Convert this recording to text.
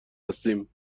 هستیم